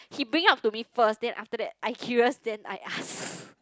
he bring up to me first then after that I curious then I ask